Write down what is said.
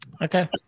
Okay